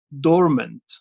dormant